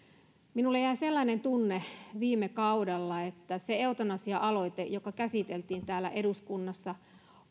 minulle jäi sellainen tunne viime kaudella että se eutanasia aloite joka käsiteltiin täällä eduskunnassa